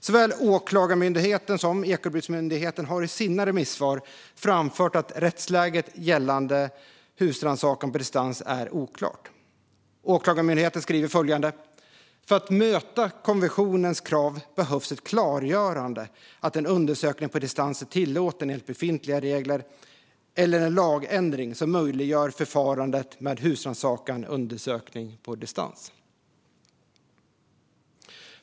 Såväl Åklagarmyndigheten som Ekobrottsmyndigheten har i sina remissvar framfört att rättsläget gällande husrannsakan på distans är oklart. Åklagarmyndigheten skriver följande: "För att möta konventionens krav behövs ett klargörande att en undersökning på distans är tillåten enligt befintliga regler eller en lagändring som möjliggör förfarandet med husrannsakan/undersökning på distans."